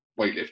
weightlifting